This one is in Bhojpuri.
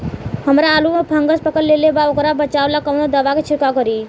हमरा आलू में फंगस पकड़ लेले बा वोकरा बचाव ला कवन दावा के छिरकाव करी?